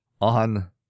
on